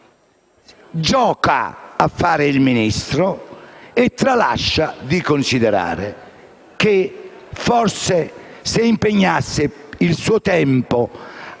Gioca a fare il Ministro e tralascia di considerare che forse, se impegnasse il suo tempo a trattare